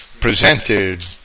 presented